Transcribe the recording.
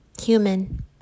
Human